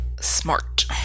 Smart